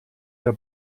der